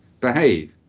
behave